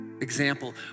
example